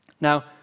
Now